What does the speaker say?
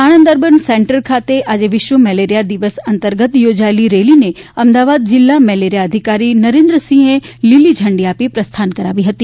Sanand urban centre ખાતે આજે વિશ્વ મેલેરિયા દિવસ અંતર્ગત યોજાયેલી રેલીને અમદાવાદ જિલ્લા મેલેરિયા અધિકારી નરેન્દ્રસિંહે લીલી ઝંડી આપીને પ્રસ્થાન કરાવી હતી